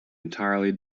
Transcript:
entirely